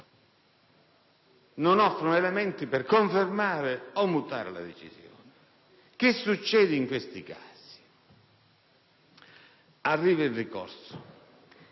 non offrono elementi per confermare o mutare la decisione. Vediamo cosa accade in questi casi: arriva il ricorso